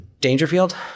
Dangerfield